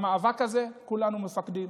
במאבק הזה כולנו מפקדים,